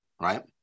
Right